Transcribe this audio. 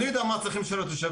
אני יודע מה הצרכים של התושבים,